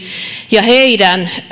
ja heidän